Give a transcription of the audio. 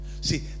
See